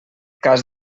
cas